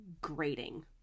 grating